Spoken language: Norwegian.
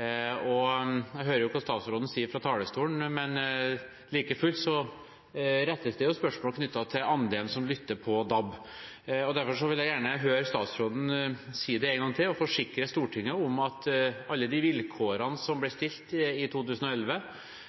Jeg hører hva statsråden sier fra talerstolen, men like fullt rettes det spørsmål knyttet til andelen som lytter på DAB. Derfor vil jeg gjerne høre statsråden en gang til forsikre Stortinget om at alle de vilkårene som ble stilt i 2011,